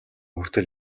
хүртэл